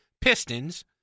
Pistons